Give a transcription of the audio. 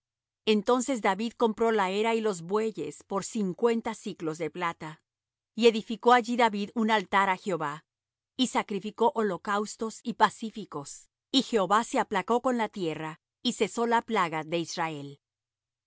entonces david compró la era y los bueyes por cincuenta siclos de plata y edificó allí david un altar á jehová y sacrificó holocaustos y pacíficos y jehová se aplacó con la tierra y cesó la plaga de israel